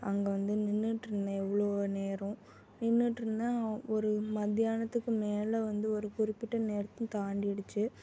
அங்கே வந்து நின்னுட்டு இருந்தேன் எவ்வளோ நேரம் நின்னுட்டு இருந்தேன் ஒரு மதியானத்துக்கு மேலே வந்து ஒரு குறிப்பிட்ட நேரத்தை தாண்டிடிச்சு